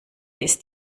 ist